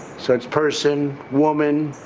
so it's person, woman,